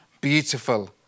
Beautiful